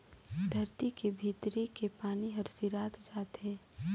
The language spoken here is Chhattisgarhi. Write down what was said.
धरती के भीतरी के पानी हर सिरात जात हे